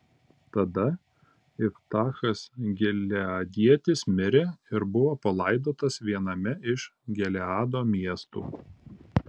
tada iftachas gileadietis mirė ir buvo palaidotas viename iš gileado miestų